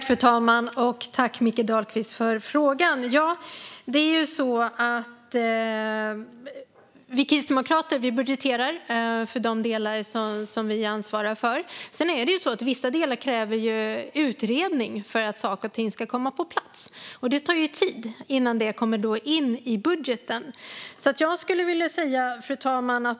Fru talman! Tack för frågan, Mikael Dahlqvist! Vi kristdemokrater budgeterar för de delar som vi ansvarar för. Men för vissa delar krävs det utredning för att saker och ting ska komma på plats, och det tar tid innan det kommer in i budgeten. Fru talman!